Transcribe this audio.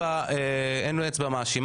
אין אצבע מאשימה.